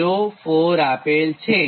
04 આપેલ છે